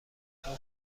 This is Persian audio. چون